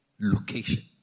location